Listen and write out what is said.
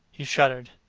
he shuddered.